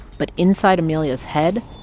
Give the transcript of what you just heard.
but inside amelia's head,